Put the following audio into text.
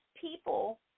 people